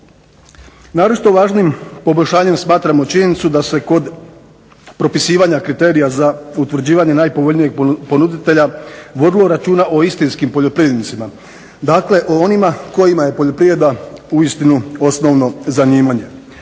Naročito važnim poboljšanjem smatramo činjenicu da se kod propisivanja kriterija za utvrđivanje najpovoljnijeg ponuditelja vodilo računa o istinskim poljoprivrednicima, dakle o onima kojima je poljoprivreda uistinu osnovno zanimanje.